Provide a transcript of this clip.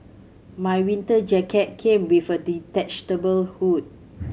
my winter jacket came with a detachable hood